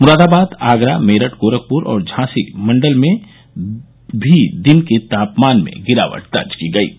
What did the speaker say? मुरादाबाद आगरा मेरठ गोरखपुर और झांसी मंडल में भी दिन के तापमान में गिरावट दर्ज की गई है